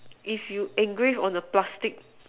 if you engrave on a plastic